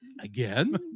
Again